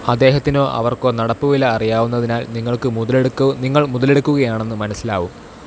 അദ്ദേഹത്തിനോ അവര്ക്കോ നടപ്പുവില അറിയാവുന്നതിനാല് നിങ്ങള് മുതലെടുക്ക് മുതലെടുക്കുകയാണെന്ന് മനസ്സിലാവും